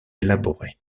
élaborée